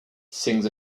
sings